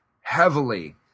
heavily